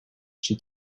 she